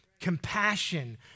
compassion